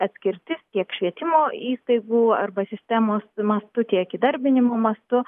atskirtis tiek švietimo įstaigų arba sistemos mastu tiek įdarbinimo mastu